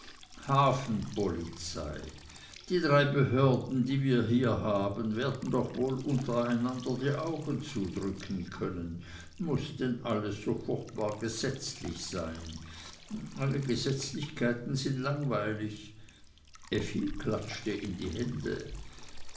hafenpolizei die drei behörden die wir hier haben werden doch wohl untereinander die augen zudrücken können muß denn alles so furchtbar gesetzlich sein gesetzlichkeiten sind langweilig effi klatschte in die hände